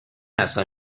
اصلا